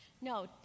No